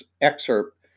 excerpt